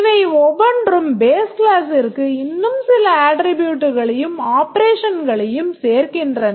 இவை ஒவ்வொன்றும் base class ற்கு இன்னும் சில attributesகளையும் ஆப்பரேஷன்ஸையும் சேர்க்கின்றன